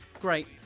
great